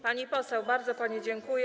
Pani poseł, bardzo pani dziękuję.